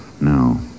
No